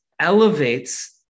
elevates